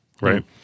Right